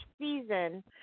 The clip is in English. season